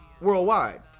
worldwide